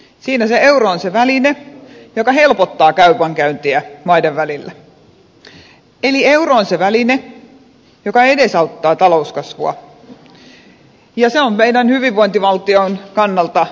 siinä euro on se väline joka helpottaa kaupankäyntiä maiden välillä eli euro on se väline joka edesauttaa talouskasvua ja se on meidän hyvinvointivaltiomme kannalta lähes välttämätöntä